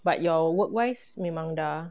but your work wise memang dah